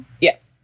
Yes